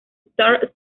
star